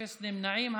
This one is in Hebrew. אין נמנעים.